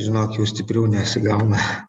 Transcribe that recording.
žinok jau stipriau nesigauna